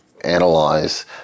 analyze